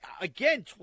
again